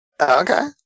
Okay